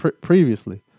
previously